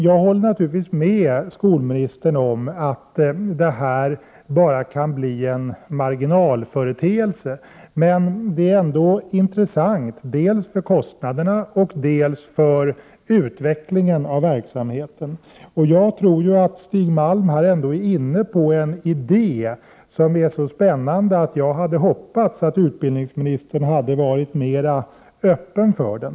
Jag håller naturligtvis med skolministern om att detta bara kan bli en marginell företeelse, men det är ändå intressant dels när det gäller kostnaderna, dels för verksamhetens utveckling. Stig Malm är ändå inne på en tanke som är så spännande att jag hade hoppats att skolministern hade varit mer öppen för den.